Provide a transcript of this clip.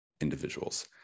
individuals